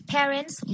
Parents